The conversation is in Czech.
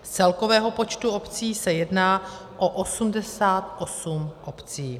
Z celkového počtu obcí se jedná o 88 obcí.